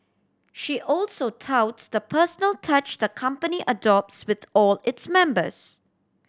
she also touts the personal touch the company adopts with all its members